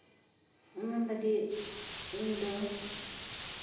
ᱚᱱᱟ ᱞᱟᱹᱜᱤᱫ ᱤᱧᱫᱚ